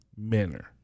manner